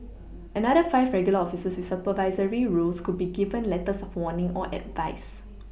another five regular officers with supervisory roles could be given letters of warning or advice